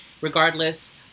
Regardless